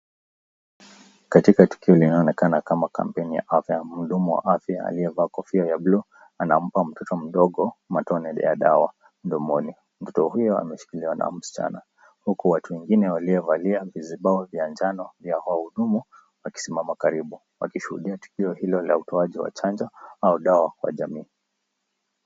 Katika kituo linaonekana kama ni campaign ya afya aliyevaa kofia ya buluu anampa mtoto vitone vya dawa mdomoni. Mtoto huyo ameshikiliwa na msichana huku watu wengine wamevalia vizubao vya njano ambao ni wahudumu wakisimama kando wakishuhudia tukio hilo la utoaji wa chanjo wanaotoa kwa jamii.